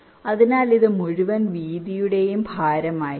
അതിനാൽ ഇത് മുഴുവൻ വീതിയുടെയും ഭാരമായിരിക്കും